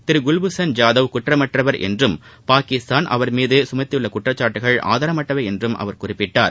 திரு குவ்பூஷன் ஜாதவ் குற்றமற்றவர் என்றும் பாகிஸ்தான் அவர் மீது சுமத்தியுள்ள குற்றச்சாட்டுகள் ஆதாரமற்றவை என்றும் அவர் குறிப்பிட்டார்